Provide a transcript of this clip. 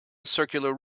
circular